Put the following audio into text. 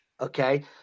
Okay